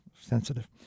sensitive